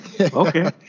okay